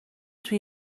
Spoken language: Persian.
توی